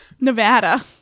Nevada